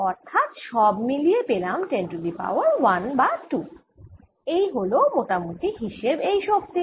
অর্থাৎ সব মিলিয়ে পেলাম 10 টু দি পাওয়ার 1 বা 2 এই হল মোটামুটি হিসেব এই শক্তির